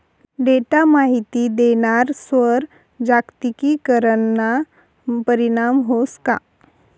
Data माहिती देणारस्वर जागतिकीकरणना परीणाम व्हस का?